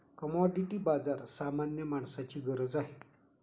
commodity बाजार सामान्य माणसाची गरज आहे